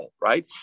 right